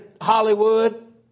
Hollywood